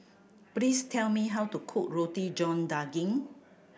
please tell me how to cook Roti John Daging